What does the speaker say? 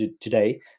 today